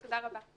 תודה רבה.